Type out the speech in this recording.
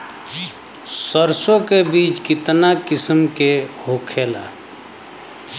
सरसो के बिज कितना किस्म के होखे ला?